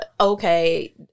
Okay